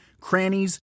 crannies